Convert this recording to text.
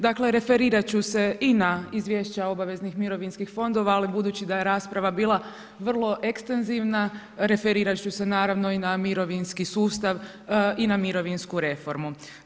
Dakle referirat ću se i na izvješća obaveznih mirovinskih fondova, ali budući da je rasprava bila vrlo ekstenzivna referirat ću se naravno i na mirovinski sustav i na mirovinsku reformu.